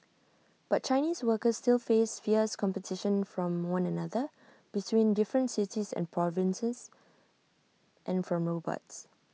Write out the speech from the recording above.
but Chinese workers still face fierce competition from one another between different cities and provinces and from robots